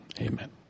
amen